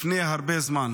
לפני הרבה זמן.